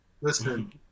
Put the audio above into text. Listen